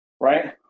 right